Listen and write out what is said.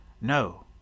No